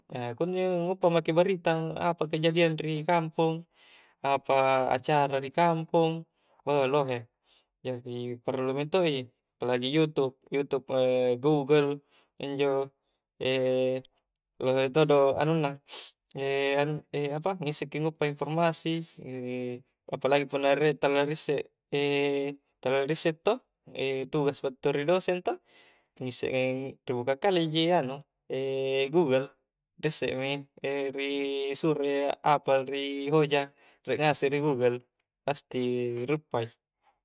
kunjo nguppa maki barita apa kejadiang ri kampong apa acara ri kampong beuh lohe jari parallu mento i apalagi yutub yutub gugel injo lohe todo anunna apa ngisseki nguppa informasi apalagi punna riek tala ri isse tala ri isse to tugas battu ri doseng to ngisse eng ri bukka kale ji anu gugel ri ise mi ri suroi apa la ri hoja riek ngasek ri gugel pasti ri uppa i